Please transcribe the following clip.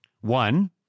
One